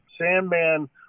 Sandman